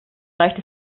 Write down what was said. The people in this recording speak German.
reicht